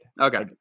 Okay